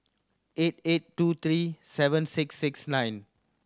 eight eight two three seven six six nine